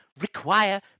require